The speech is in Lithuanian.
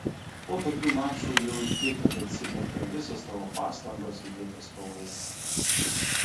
po tokių mačų jauti kad atsiperka visos tavo pastangos įdėtos kovoje